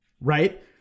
right